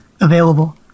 available